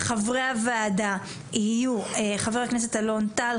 חברי הוועדה יהיו חבר הכנסת אלון טל,